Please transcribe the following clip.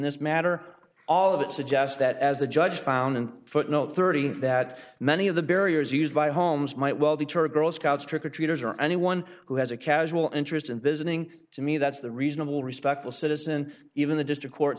this matter all of it suggests that as the judge found in footnote thirty that many of the barriers used by holmes might well be tour girl scouts trick or treaters or anyone who has a casual interest in visiting to me that's the reasonable respectful citizen even the district court